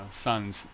sons